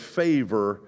favor